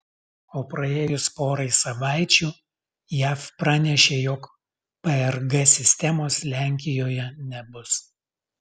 o praėjus porai savaičių jav pranešė jog prg sistemos lenkijoje nebus